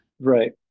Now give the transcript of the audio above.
right